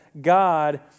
God